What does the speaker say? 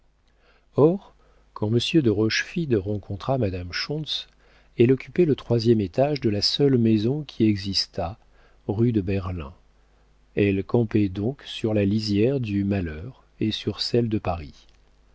or quand monsieur de rochefide rencontra madame schontz elle occupait le troisième étage de la seule maison qui existât rue de berlin elle campait donc sur la lisière du malheur et sur celle de paris